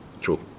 True